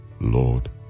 Lord